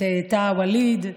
את טאהא ווליד,